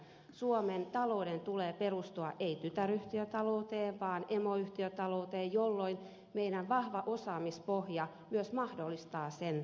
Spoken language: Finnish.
suomen talouden tulee perustua ei tytäryhtiötalouteen vaan emoyhtiötalouteen jolloin meidän vahva osaamispohjamme myös mahdollistaa sen tien